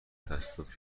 تصادف